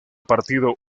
partido